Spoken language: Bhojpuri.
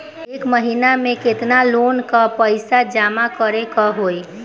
एक महिना मे केतना लोन क पईसा जमा करे क होइ?